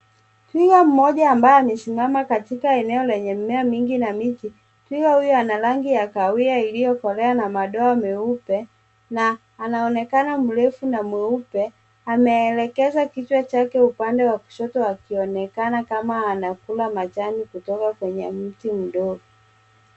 Twiga mmoja ambaye amesimama katika eneo lenye mimea mingi na miti, twiga huyo mwenye rangi ya kahawia iliyokolea na madoa meupe na anaonekana mrefu na mweupe, ameelekeza kichwa chake upande wa kushoto akionekana kama anakula majani kutoka kwenye mti mdogo.